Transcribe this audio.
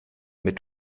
mit